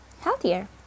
healthier